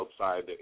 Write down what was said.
outside